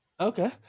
Okay